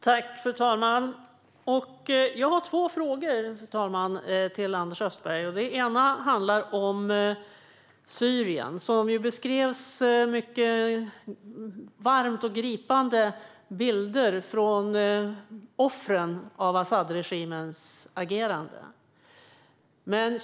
Fru talman! Jag har två frågor till Anders Österberg. Den ena handlar om Syrien och de gripande bilderna på offren för Asadregimens agerande.